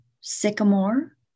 sycamore